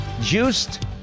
Juiced